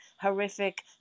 horrific